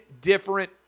different